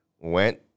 went